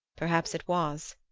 perhaps it was,